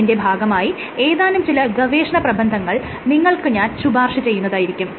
ഇതിന്റെ ഭാഗമായി ഏതാനും ചില ഗവേഷണ പ്രബന്ധങ്ങൾ നിങ്ങൾക്ക് ഞാൻ ശുപാർശ ചെയ്യുന്നതായിരിക്കും